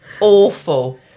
Awful